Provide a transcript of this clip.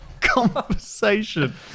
conversation